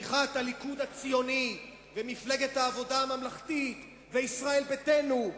בתמיכת הליכוד הציוני ומפלגת העבודה הממלכתית וישראל ביתנו,